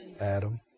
Adam